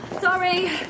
Sorry